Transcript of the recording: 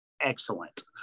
excellent